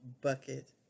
bucket